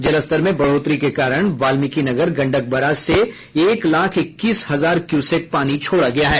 जलस्तर में बढ़ोतरी के कारण वाल्मिकी नगर गंडक बराज से एक लाख इक्कीस हजार क्यूसेक पानी छोड़ा गया है